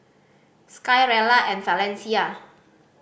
Sky Rella and Valencia